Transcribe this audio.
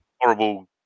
horrible